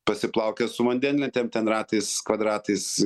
pasiplaukiot su vandenlentėm ten ratais kvadratais